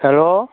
hello